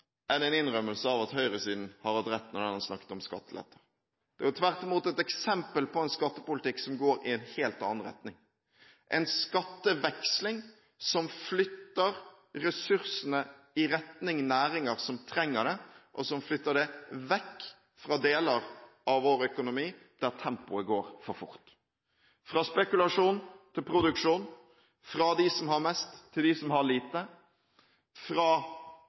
en innrømmelse av at høyresiden har hatt rett når de har snakket om skattelette. Det er tvert imot et eksempel på en skattepolitikk som går i en helt annen retning; en skatteveksling som flytter ressursene i retning næringer som trenger det, og som flytter dem vekk fra deler av vår økonomi der tempoet går for fort – fra spekulasjon til produksjon, fra dem som har mest, til dem som har lite, fra